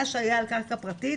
מה שהיה על קרקע פרטית